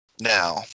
now